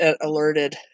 alerted